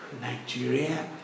Nigeria